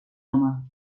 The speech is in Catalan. home